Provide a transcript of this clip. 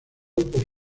por